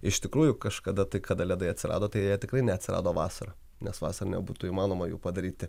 iš tikrųjų kažkada tai kada ledai atsirado tai tikrai neatsirado vasarą nes vasarą nebūtų įmanoma jų padaryti